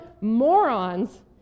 morons